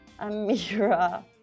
Amira